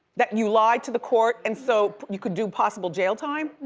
that you lied to the court and so you could do possible jail time?